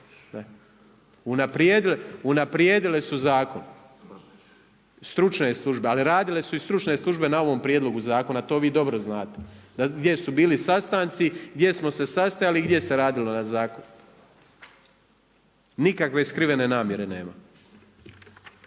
unaprijedile zakon, stručne službe, ali radile su i stručne službe na ovom prijedlogu zakona to vi dobro znate, gdje su bili sastanci, gdje smo se sastajali i gdje se radilo na zakonu. Nikakve skrivene namjere nema.